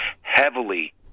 heavily